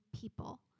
people